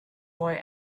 boy